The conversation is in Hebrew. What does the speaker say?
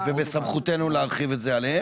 ובסמכותנו להרחיב את זה עליהם?